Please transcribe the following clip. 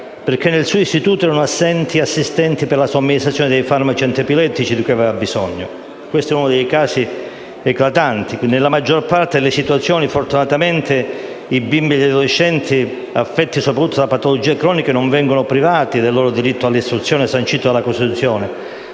nel suo istituto erano assenti assistenti per la somministrazione dei farmaci antiepilettici di cui aveva bisogno. Questo è uno dei casi eclatanti; nella maggior parte delle situazioni, fortunatamente, i bimbi e gli adolescenti affetti soprattutto da patologie croniche non vengono privati del loro diritto all'istruzione sancito dalla Costituzione,